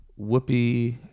Whoopi